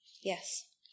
Yes